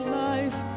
life